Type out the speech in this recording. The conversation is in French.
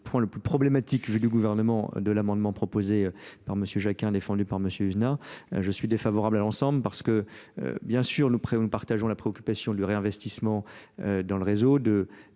le plus problématique vu du gouvernement de l'amendement proposé par m jacquin défendu par m usn a je suis défavorable à l'ensemble parce que bien sûr nous partageons la préoccupation du réinvestissement de